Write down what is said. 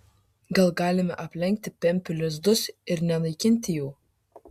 gal galime aplenkti pempių lizdus ir nenaikinti jų